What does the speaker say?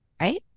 Right